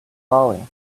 falling